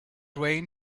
rain